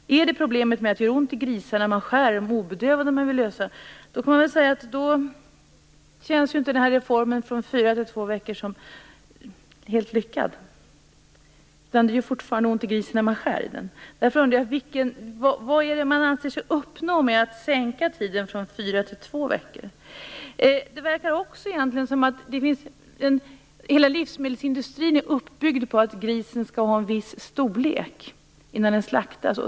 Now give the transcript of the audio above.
Är det problemet att det gör ont i de obedövade grisarna när man skär i dem som man vill lösa får man väl säga att reformen från fyra till två veckor inte känns helt lyckad. Det gör fortfarande ont i grisen när man skär i den. Därför undrar jag: Vad är det man anser sig uppnå med att sänka tiden från fyra till två veckor? Det verkar också som om hela livsmedelsindustrin är uppbyggd på att grisen skall ha en viss storlek innan den slaktas.